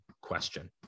question